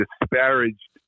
disparaged